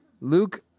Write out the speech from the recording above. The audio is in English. Luke